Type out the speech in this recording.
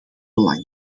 belang